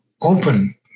open